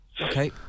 Okay